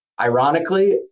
ironically